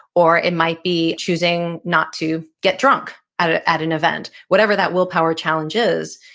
or it might be choosing not to get drunk at ah at an event. whatever that willpower challenge is,